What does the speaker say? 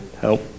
help